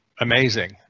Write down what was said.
amazing